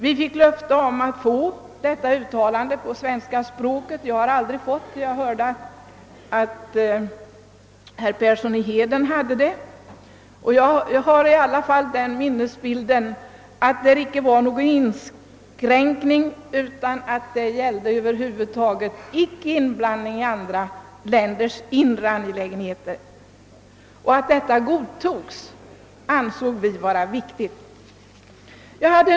Vi fick den gången ett löfte om att uttalandet skulle översättas till svenska, men jag har aldrig mottagit det. Nu hörde jag att herr Persson i Heden hade fått det. Men jag har en minnesbild av att det inte förekom någon inskränkning i uttalandet, utan att man godtog principen om icke-inblandning i andra länders inre angelägenheter. Vi ansåg det vara mycket viktigt att detta uttalande antogs.